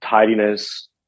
tidiness